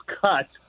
cut